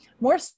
more